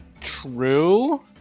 True